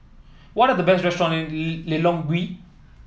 what are the best restaurants in Lilongwe